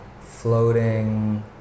floating